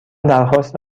درخواست